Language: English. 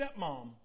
stepmom